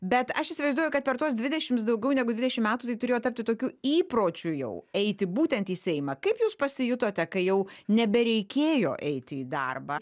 bet aš įsivaizduoju kad per tuos dvidešims daugiau negu dvidešim metų turėjo tapti tokiu įpročiu jau eiti būtent į seimą kaip jūs pasijutote kai jau nebereikėjo eiti į darbą